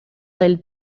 del